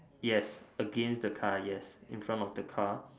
yes against the car yes in front of the car